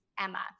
Emma